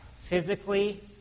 physically